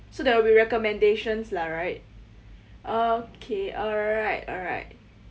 so there will be recommendations lah right okay alright alright